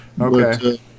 okay